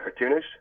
cartoonish